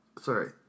Sorry